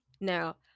Now